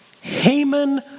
Haman